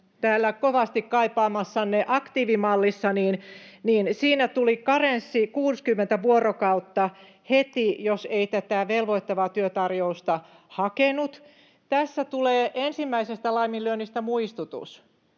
täällä kovasti kaipaamassanne aktiivimallissa tuli karenssi 60 vuorokautta heti, jos ei tätä velvoittavaa työtarjousta hakenut, tässä tulee ensimmäisestä laiminlyönnistä muistutus.